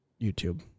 YouTube